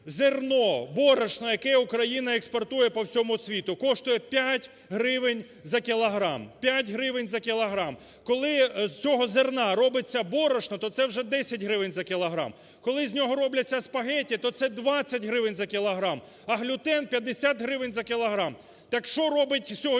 Зерно, борошно, яке Україна експортує по всьому світу, коштує 5 гривень за кілограм. П'ять гривень за кілограм. Коли з цього зерна робиться борошно, то це вже 10 гривень за кілограм, коли з нього робляться спагеті, то це 20 гривень за кілограм, а глютен – 50 гривень за кілограм. Так що робиться сьогодні